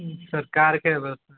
सरकारके बसमे